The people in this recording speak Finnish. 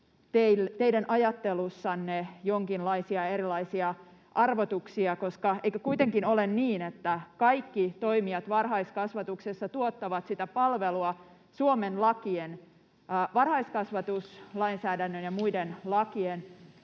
teidän ajattelussanne jonkinlaisia erilaisia arvotuksia? Eikö kuitenkin olen niin, että kaikki toimijat varhaiskasvatuksessa tuottavat sitä palvelua Suomen lakien, varhaiskasvatuslainsäädännön ja muiden lakien,